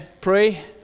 pray